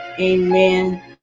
Amen